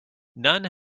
none